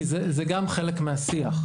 כי זה גם חלק מהשיח.